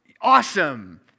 awesome